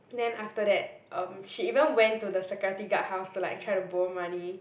then after that um she even went to the security guard house to like borrow to money